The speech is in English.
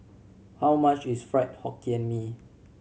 how much is Fried Hokkien Mee